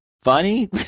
funny